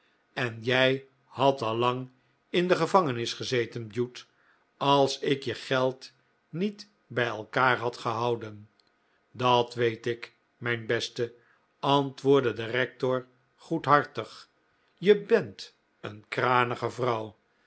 en jij had allang in de gevangenis gezeten bute als ik je geld niet bij elkaar had gehouden dat weet ik mijn beste antwoordde de rector goedhartig je bent een kranige vrouw